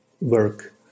work